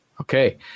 Okay